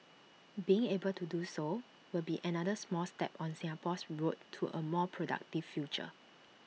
being able to do so will be another small step on Singapore's road to A more productive future